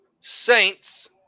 Saints